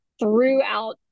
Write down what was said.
throughout